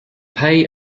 pay